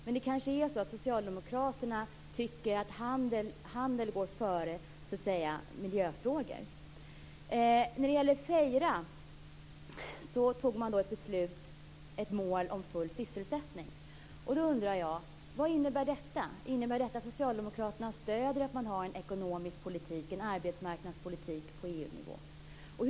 Men socialdemokraterna tycker kanske att handel går före miljöfrågor. När det gäller Feira kan jag säga att man fattade ett beslut om att ha full sysselsättning som mål. Jag undrar vad detta innebär. Innebär det att socialdemokraterna stöder att man har en ekonomisk politik och en arbetsmarknadspolitik på EU-nivå?